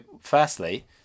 firstly